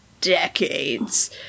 decades